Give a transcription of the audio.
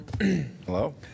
Hello